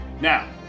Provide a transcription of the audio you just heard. Now